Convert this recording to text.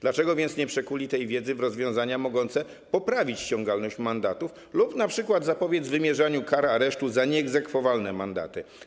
Dlaczego więc nie przekuli tej wiedzy w rozwiązania mogące poprawić ściągalność mandatów lub np. zapobiec wymierzaniu kar aresztu za nieegzekwowalne mandaty?